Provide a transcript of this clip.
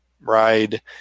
ride